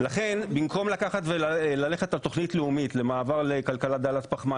לכן במקום לקחת וללכת על תוכנית לאומית למעבר לכלכלת דלת פחמן